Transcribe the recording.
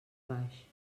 baix